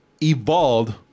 evolved